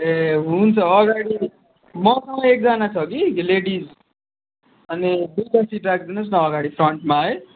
ए हुन्छ अगाडि मसँग एकजना छ कि लेडिस अनि दुईवटा सिट राखिदिनुहोस् न अगाडि फ्रन्टमा है